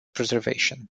preservation